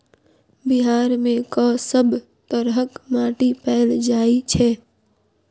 बिहार मे कऽ सब तरहक माटि पैल जाय छै?